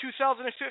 2015